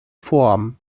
form